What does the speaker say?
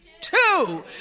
two